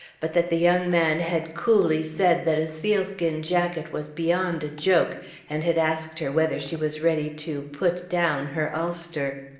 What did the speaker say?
but that the young man had coolly said that a sealskin jacket was beyond a joke and had asked her whether she was ready to put down her ulster.